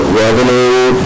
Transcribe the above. revenue